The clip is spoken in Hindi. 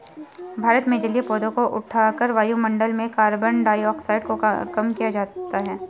भारत में जलीय पौधों को उठाकर वायुमंडल में कार्बन डाइऑक्साइड को कम किया जाता है